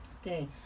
okay